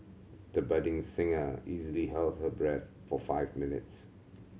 the budding singer easily held her breath for five minutes